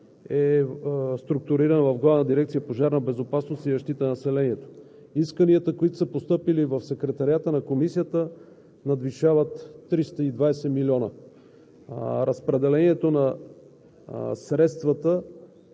Комисията… Функциите на секретариат изпълнява сектор, който е структуриран в Главна дирекция „Пожарна безопасност и защита на населението“. Исканията, които са постъпили в Секретариата на Комисията, надвишават 320 млн.